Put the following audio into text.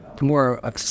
more